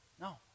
No